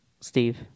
Steve